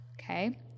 okay